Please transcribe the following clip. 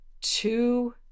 two